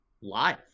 live